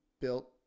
built